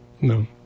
No